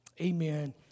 amen